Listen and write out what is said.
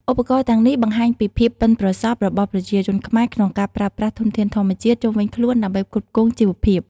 ឧបករណ៍ទាំងនេះបង្ហាញពីភាពប៉ិនប្រសប់របស់ប្រជាជនខ្មែរក្នុងការប្រើប្រាស់ធនធានធម្មជាតិជុំវិញខ្លួនដើម្បីផ្គត់ផ្គង់ជីវភាព។